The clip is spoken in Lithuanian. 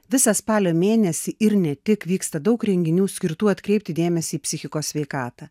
visą spalio mėnesį ir ne tik vyksta daug renginių skirtų atkreipti dėmesį į psichikos sveikatą